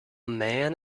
man